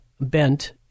bent